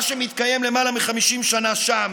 מה שמתקיים למעלה מ-50 שנה שם,